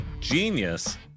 genius